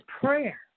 prayer